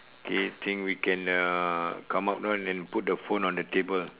okay think we can uh come out now and put the phone on the table